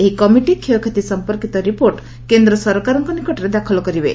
ଏହି କମିଟି କ୍ଷୟକ୍ଷତି ସଂପର୍କିତ ରିପୋର୍ଟ କେନ୍ଦ୍ର ସରକାରଙ୍କ ନିକଟରେ ଦାଖଲ କରିବେ